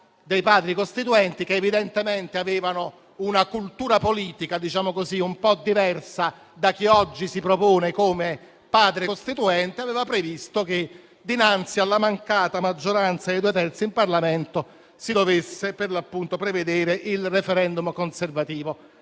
dei Padri costituenti, infatti, che evidentemente avevano una cultura politica un po' diversa da chi oggi si propone come padre costituente, aveva previsto che, dinanzi alla mancata maggioranza dei due terzi in Parlamento, si dovesse prevedere, per l'appunto, il *referendum* confermativo.